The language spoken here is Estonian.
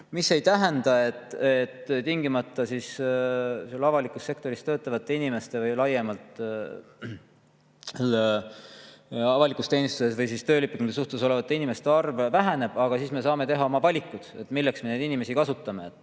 See ei tähenda, et tingimata avalikus sektoris töötavate inimeste või laiemalt avalikus teenistuses või töölepingulises suhtes olevate inimeste arv väheneb, aga siis me saame teha valikud, milleks me neid inimesi kasutame. Ma